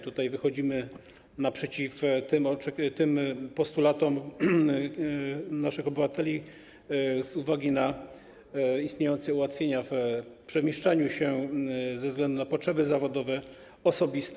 Tutaj wychodzimy naprzeciw postulatom naszych obywateli, z uwagi na istniejące ułatwienia w przemieszczaniu się ze względu na potrzeby zawodowe, osobiste.